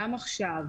גם עכשיו,